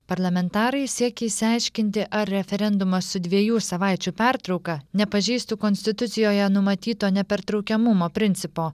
parlamentarai siekia išsiaiškinti ar referendumas su dviejų savaičių pertrauka nepažeistų konstitucijoje numatyto nepertraukiamumo principo